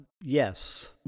yes